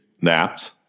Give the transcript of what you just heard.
naps